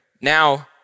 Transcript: now